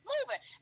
moving